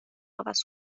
عوض